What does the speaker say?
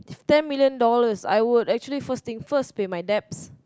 if ten million dollars I would actually first things first pay my debts